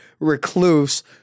recluse